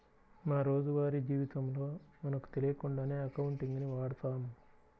మా రోజువారీ జీవితంలో మనకు తెలియకుండానే అకౌంటింగ్ ని వాడతాం